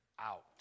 out